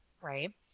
right